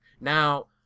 Now